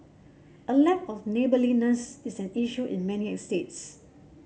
a lack of neighbourliness is an issue in many estates